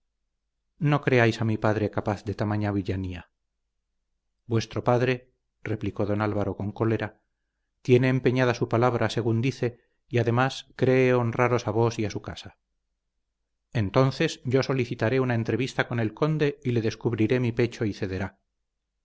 no creáis a mi padre capaz de tamaña villanía vuestro padre replicó don álvaro con cólera tiene empeñada su palabra según dice y además cree honraros a vos y a su casa entonces yo solicitaré una entrevista con el conde y le descubriré mi pecho y cederá